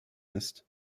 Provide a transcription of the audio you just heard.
ist